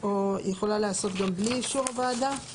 או יכולה להיעשות גם בלי אישור הוועדה.